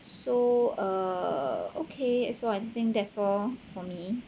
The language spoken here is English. so uh okay so I think that's all for me